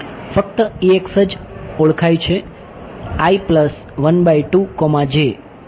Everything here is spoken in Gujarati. ફક્ત જ ઓળખાય છે ત્યાં